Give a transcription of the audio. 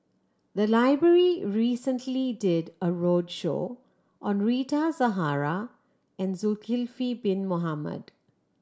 the library recently did a roadshow on Rita Zahara and Zulkifli Bin Mohamed